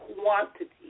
quantity